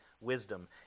wisdom